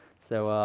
so,